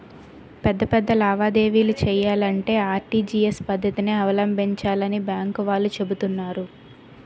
పెద్ద పెద్ద లావాదేవీలు చెయ్యాలంటే ఆర్.టి.జి.ఎస్ పద్దతినే అవలంబించాలని బాంకు వాళ్ళు చెబుతున్నారు